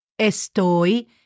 estoy